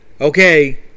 Okay